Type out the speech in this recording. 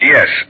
Yes